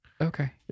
Okay